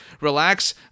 relax